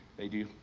they do?